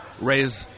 raise